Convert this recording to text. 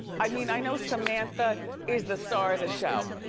i mean i know samantha is the star of the show,